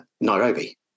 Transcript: Nairobi